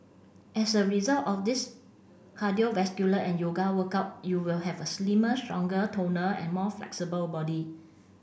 as a result of this cardiovascular and yoga workout you will have a slimmer stronger toner and more flexible body